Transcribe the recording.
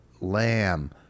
lamb